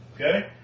Okay